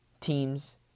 teams